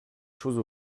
choses